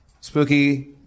Spooky